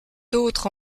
autres